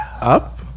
Up